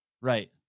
Right